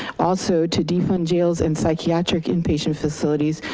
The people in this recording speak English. also to defund jails and psychiatric inpatient facilities,